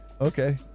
Okay